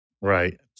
Right